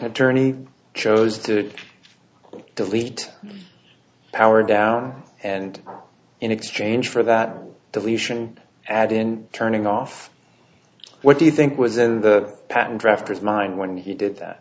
had tourney chose to delete power down and in exchange for that deletion add in turning off what do you think was in the patent drafters mind when he did